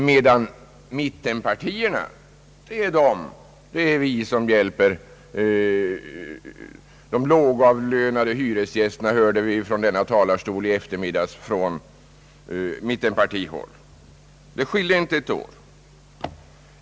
Mittenpartierna försöker själva framstå som de som hjälper de lågavlönade hyresgästerna, som vi hörde från denna talarstol i eftermiddags av företrädare för mittenpartierna.